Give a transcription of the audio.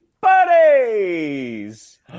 buddies